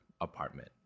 apartment